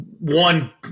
one